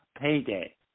Payday